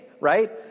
right